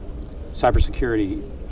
cybersecurity